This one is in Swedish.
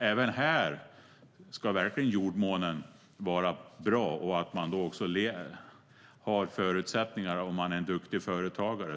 Även här ska jordmånen verkligen vara bra, och man ska ha förutsättningar om man är en duktig företagare.